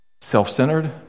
self-centered